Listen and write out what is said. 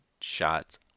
shots